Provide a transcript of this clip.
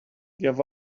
give